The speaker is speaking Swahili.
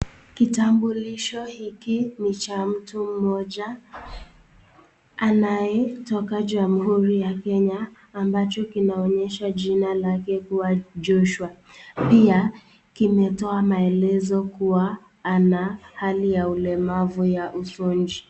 Kitambulisho hiki ni cha mtu mmoja anayetoka jamuhuri ya kenya ambacho kinaonyesha jina lake kuwa Joshua, pia kimetoa maelezo kuwa ana hali ya ulemavu ya